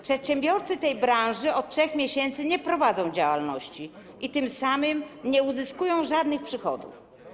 Przedsiębiorcy tej branży od 3 miesięcy nie prowadzą działalności i tym samym nie uzyskują żadnych przychodów.